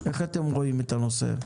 איך אתם רואים את הנושא?